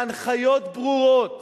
להנחיות ברורות